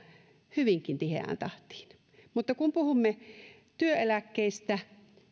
hyvinkin tiheään tahtiin mutta kun puhumme työeläkkeistä